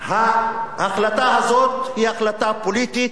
ההחלטה הזאת היא החלטה פוליטית,